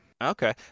Okay